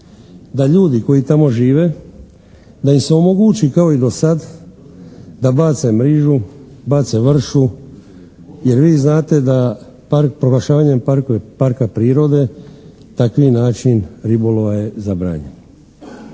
da ljudi koji tamo žive da im se omogući kao i do sad da bace mrežu, bace vršu, jer vi znate da proglašavanjem parka prirode takvi način ribolova je zabranjen.